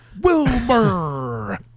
Wilbur